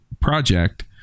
project